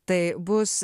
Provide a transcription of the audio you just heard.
tai bus